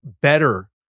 better